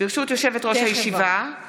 ברשות יושבת-ראש הישיבה,